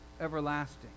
everlasting